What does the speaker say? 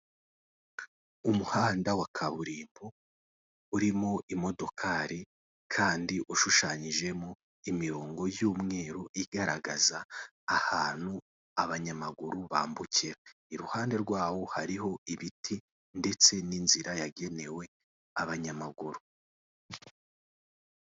Umuhanda wa kaburimbo, urimo imodokari kandi ushushanyijemo imirongo y'umweru igaragaza ahantu abanyamaguru bambukira, i ruhande rwawo hariho ibiti ndetse n'inzira yagenewe abanyamaguru.